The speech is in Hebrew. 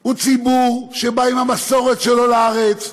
הוא ציבור שבא עם המסורת שלו לארץ,